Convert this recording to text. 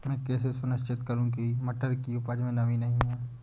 मैं कैसे सुनिश्चित करूँ की मटर की उपज में नमी नहीं है?